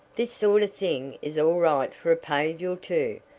this sort of thing is all right for a page or two,